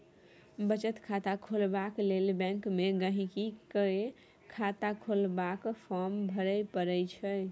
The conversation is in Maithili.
बचत खाता खोलबाक लेल बैंक मे गांहिकी केँ खाता खोलबाक फार्म भरय परय छै